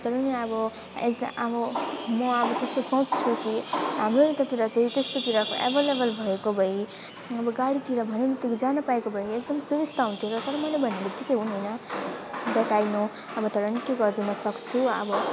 तर नि अब यसै अब म अब त्यस्तो सोच्छु कि हाम्रो यतातिर चाहिँ त्यतातिरको एभाइलेभल भएको भए अब गाडीतिर भन्ने बित्तिकै जानु पाएको भए एकदम सुबिस्ता हुन्थ्यो र तर मैले भन्न बित्तिकै हुने होइन द्याट आई नो अब तर पनि के गरिदिन सक्छु अब